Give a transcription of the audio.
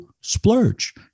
splurge